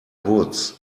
woods